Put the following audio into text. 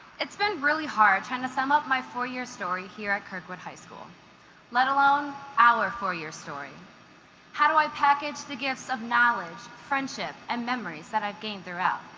it's been really hard to and to sum up my four-year story here at kirkwood high school let alone our four-year story how do i package the gifts of knowledge friendship and memories that i've gained throughout